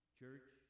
church